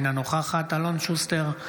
אינה נוכחת אלון שוסטר,